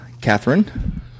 Catherine